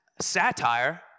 satire